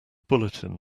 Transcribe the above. bulletin